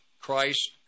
Christ